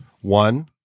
one